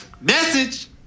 Message